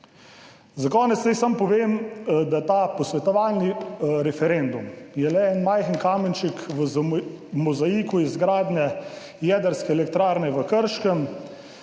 Za konec naj samo povem, da je ta posvetovalni referendum le en majhen kamenček v mozaiku izgradnje jedrske elektrarne v Krškem.